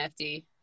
FD